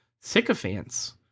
sycophants